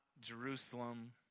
Jerusalem